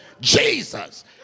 Jesus